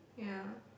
ya